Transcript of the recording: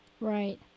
Right